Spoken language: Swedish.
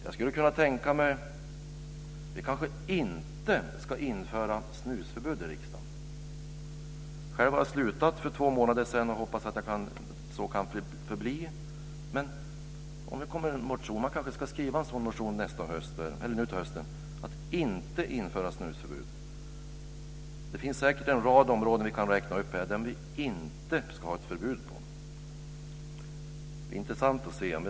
Jag kan tänka mig att vi inte ska införa snusförbud i riksdagen. Själv slutade jag att snusa för två månader sedan och jag hoppas att jag kan förbli snusfri, men man ska kanske skriva en motion till hösten om att riksdagen inte ska införa snusförbud. Det finns säkert en rad områden där man inte ska ha ett förbud.